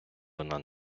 вона